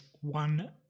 one